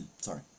Sorry